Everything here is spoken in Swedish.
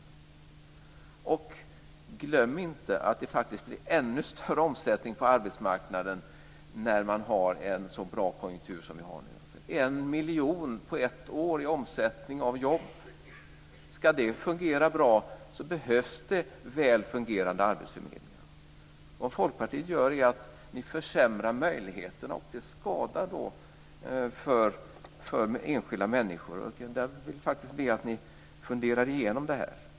Och glöm inte att det faktiskt blir ännu större omsättning på arbetsmarknaden när man har en så bra konjunktur som vi har nu. En miljon på ett år i omsättning av jobb - ska det fungera bra behövs det väl fungerande arbetsförmedlingar. Vad Folkpartiet gör är att försämra möjligheterna, och det skadar enskilda människor. Jag vill faktiskt be er att fundera igenom det här.